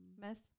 mess